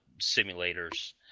simulators